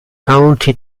county